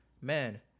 man